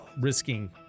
risking